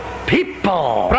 people